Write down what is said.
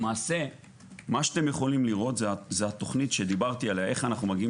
למעשה מה שאתם יכולים לראות זה התוכנית שדיברתי עליה איך אנחנו מגיעים